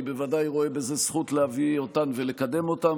אני בוודאי רואה זכות להביא אותן ולקדם אותן.